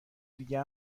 دیگه